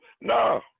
no